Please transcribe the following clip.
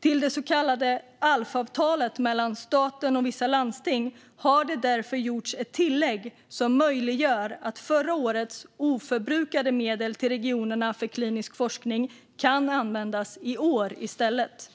Till det så kallade ALF-avtalet mellan staten och vissa landsting har det därför gjorts ett tillägg som möjliggör att förra årets oförbrukade medel till regionerna för klinisk forskning kan användas i år i stället.